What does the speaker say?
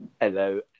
Hello